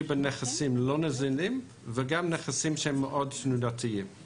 בנכסים לא נזילים וגם נכסים שהם תנודתיים מאוד